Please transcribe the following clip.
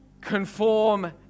conform